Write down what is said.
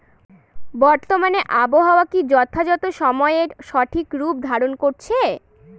বর্তমানে আবহাওয়া কি যথাযথ সময়ে সঠিক রূপ ধারণ করছে?